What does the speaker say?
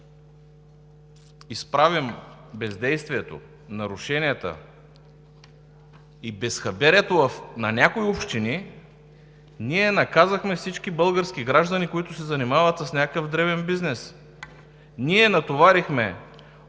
изправим бездействието, нарушенията и безхаберието на някои общини, ние наказахме всички български граждани, които се занимават с някакъв дребен бизнес. Ние натоварихме